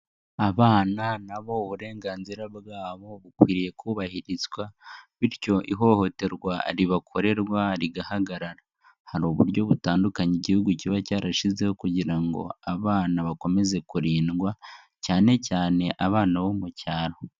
Abana nabo uburenganzira bwabo bukwiye kubahirizwa, bityo ihohoterwa ribakorerwa rigahagarara. Hari uburyo butandukanye igihugu kiba cyarashizeho kugira ngo abana bakomeze kurindwa, cyane cyane abana bo mu cyaro.